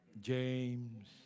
James